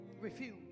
Refuse